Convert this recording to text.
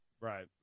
Right